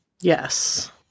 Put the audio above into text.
Yes